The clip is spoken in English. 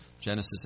Genesis